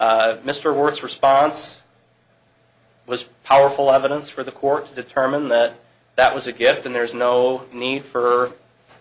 mr wertz response was powerful evidence for the court to determine that that was a gift and there is no need for